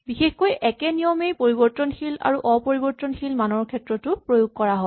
বিশেষকৈ একে নিয়মেই পৰিবৰ্তনশীল আৰু অপৰিবৰ্তনশীল মানৰ ক্ষেত্ৰতো প্ৰয়োগ হয়